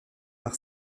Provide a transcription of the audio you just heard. par